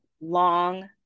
long